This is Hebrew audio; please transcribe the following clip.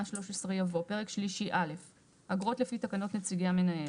13 יבוא: 13א. אגרות לפי תקנות נציגי המנהל.